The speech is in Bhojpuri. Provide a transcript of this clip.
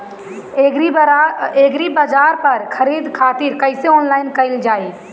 एग्रीबाजार पर खरीदे खातिर कइसे ऑनलाइन कइल जाए?